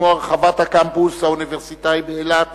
כמו הרחבת הקמפוס האוניברסיטאי באילת